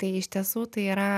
tai iš tiesų tai yra